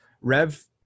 rev